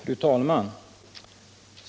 Fru talman!